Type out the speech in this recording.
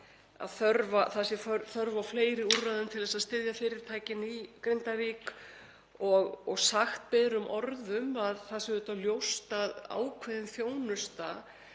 það sé þörf á fleiri úrræðum til að styðja fyrirtækin í Grindavík. Sagt er berum orðum að það sé auðvitað ljóst að ákveðin þjónusta